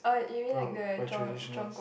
but by traditionals